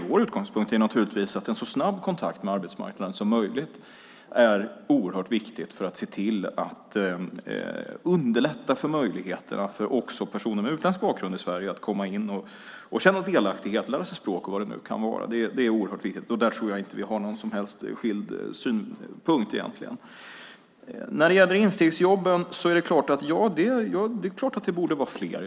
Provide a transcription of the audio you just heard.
Vår utgångspunkt är naturligtvis att en så snabb kontakt med arbetsmarknaden som möjligt är oerhört viktig för att underlätta för personer med utländsk bakgrund i Sverige att komma in och känna delaktighet, lära sig språk eller vad det nu kan vara. Det är oerhört viktigt, och där tror jag inte att vi har någon som helst skild syn. När det gäller instegsjobben är det klart att de borde vara fler.